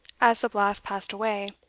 as the blast passed away,